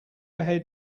ahead